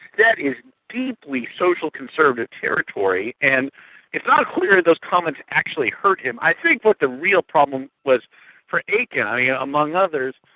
that is deeply social conservative territory. and it's not clear those comments actually hurt him. i think what the real problem was for akin i mean, yeah among others,